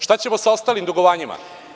Šta ćemo sa ostalim dugovanjima?